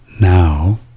now